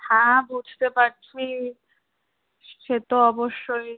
হ্যাঁ বুঝতে পারছি সে তো অবশ্যই